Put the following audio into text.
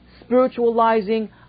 spiritualizing